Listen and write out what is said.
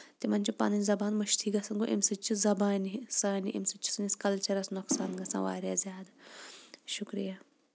تِمن چھِ پَنٕنۍ زَبان مٔشدٕے گژھان گوٚو اَمہِ سۭتۍ چھِ زَبانہِ سانہِ اَمہِ سۭتۍ چھُ سٲنِس کَلچرَس نۄقصان گژھان واریاہ زیادٕ شُکرِیا